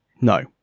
no